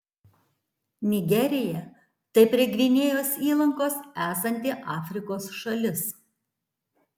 nigerija tai prie gvinėjos įlankos esanti afrikos šalis